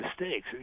mistakes